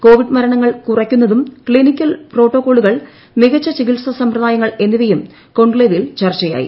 Covid മരണങ്ങൾ കുറയ്ക്കു ന്നതും ക്ലിനിക്കൽ പ്രോട്ടോകോളുകൾ മികച്ച ചികിത്സാ സമ്പ്രദായങ്ങൾ എന്നിവയും കോൺക്ലേവിൽ ചർച്ചയായി